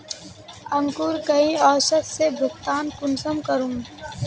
अंकूर कई औसत से भुगतान कुंसम करूम?